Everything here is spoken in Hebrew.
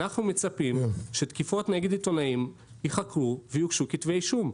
אנחנו מצפים שתקיפות נגד עיתונאים ייחקרו ויוגשו כתבי אישום.